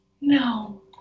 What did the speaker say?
No